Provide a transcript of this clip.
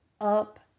up